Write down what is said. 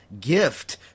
gift